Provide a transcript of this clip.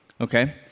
Okay